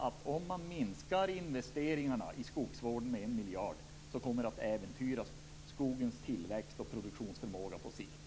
Men om man minskar investeringarna i skogsvården med en miljard, måste det på lång sikt innebära att skogens tillväxt och produktionsförmåga äventyras.